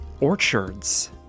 orchards